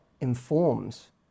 informs